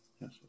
Yes